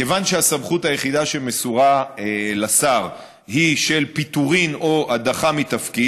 מכיוון שהסמכות היחידה שמסורה לשר היא של פיטורין או הדחה מתפקיד,